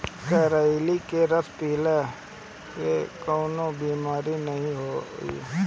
करइली के रस पीयब तअ कवनो बेमारी नाइ होई